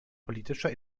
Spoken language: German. politischer